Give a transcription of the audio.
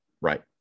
right